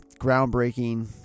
groundbreaking